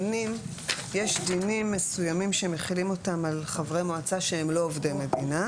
יש דינים מסוימים שמחילים אותם על חברי מועצה שהם לא עובדי מדינה,